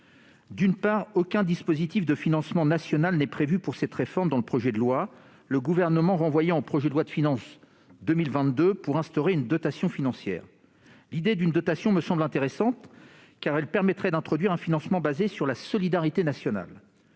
D'une part, aucun dispositif de financement national n'est prévu pour cette réforme dans le projet de loi, le Gouvernement renvoyant au projet de loi de finances pour 2022 l'instauration d'une dotation financière. L'idée d'une dotation me semble intéressante, car elle permettrait d'introduire un financement fondé sur la solidarité nationale.